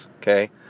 okay